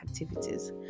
activities